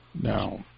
Now